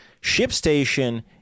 ShipStation